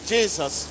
Jesus